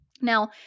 Now